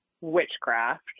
witchcraft